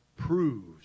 Proves